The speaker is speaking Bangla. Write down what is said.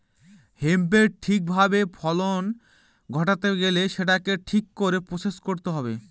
হেম্পের ঠিক ভাবে ফলন ঘটাতে গেলে সেটাকে ঠিক করে প্রসেস করতে হবে